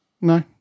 No